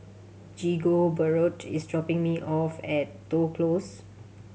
Rigoberto is dropping me off at Toh Close